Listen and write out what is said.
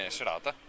serata